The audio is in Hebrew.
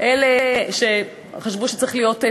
אלה שחשבו שצריכים להיות פחות.